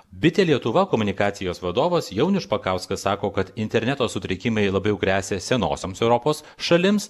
bitė lietuva komunikacijos vadovas jaunius špakauskas sako kad interneto sutrikimai labiau gresia senosioms europos šalims